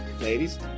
ladies